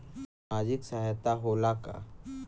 सामाजिक सहायता होला का?